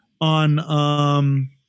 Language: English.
on